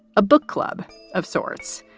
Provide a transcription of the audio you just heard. a book club of sorts.